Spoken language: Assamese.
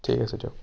ঠিক আছে দিয়ক